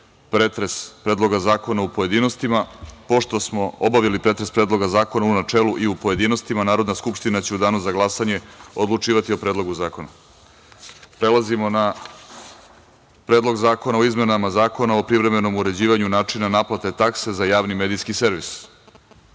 pretres Predloga zakona u pojedinostima. Pošto smo obavili pretres Predloga zakona u načelu i u pojedinostima, Narodna skupština će u Danu za glasanje odlučivati o Predlogu zakona. Prelazimo na Predlog zakona o izmenama Zakona o privremenom uređivanju načina naplate takse za Javni medijski servis. Primili